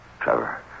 Trevor